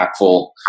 impactful